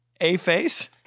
A-Face